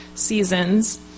seasons